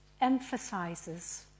emphasizes